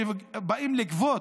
כשבאים לגבות,